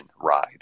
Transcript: ride